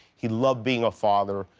he loved being a father.